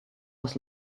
was